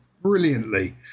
brilliantly